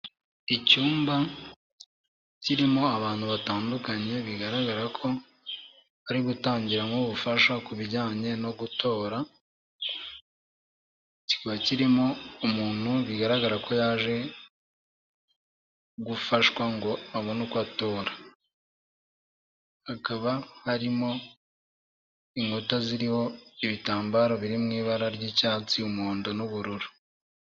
Icyumba kirimo abantu batandukanye, bigaragara ko bari gutangiramo ubufasha ku bijyanye no gutora, kikaba kirimo umuntu bigaragara ko yaje gufashwa ngo abone uko atora, hakaba harimo inkuta ziriho ibitambaro biri mu ibara ry'icyatsi, umuhondo n'ubururu.